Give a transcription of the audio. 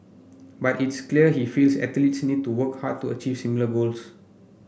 but it's clear he feels athletes need to work hard to achieve similar goals